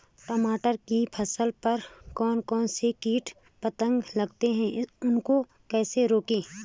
टमाटर की फसल पर कौन कौन से कीट पतंग लगते हैं उनको कैसे रोकें?